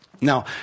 Now